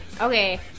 Okay